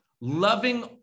loving